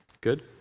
Good